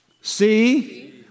See